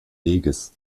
weges